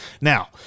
Now